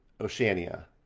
Oceania